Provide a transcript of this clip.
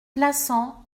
plassans